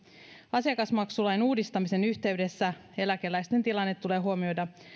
asiakasmaksulain uudistamisen yhteydessä eläkeläisten tilanne tulee huomioida